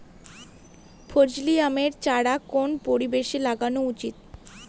ফজলি আমের চারা কোন পরিবেশে লাগানো উচিৎ?